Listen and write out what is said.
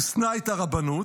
ושנא את הרבנות,